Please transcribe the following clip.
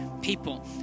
people